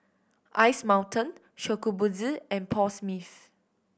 Ice Mountain Shokubutsu and Paul Smith